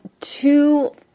two